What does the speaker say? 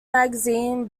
magazine